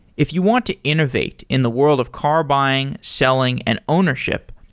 if you want to innovate in the world of car buying, selling and ownership,